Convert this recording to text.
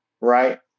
right